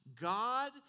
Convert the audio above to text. God